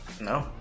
No